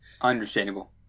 Understandable